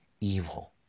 evil